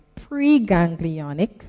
preganglionic